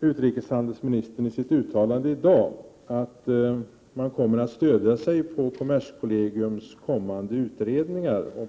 Utrikeshandelsministern säger nu i sitt uttalande i dag att man kommer att stödja sig på kommerskollegiums kommande utredningar.